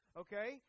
okay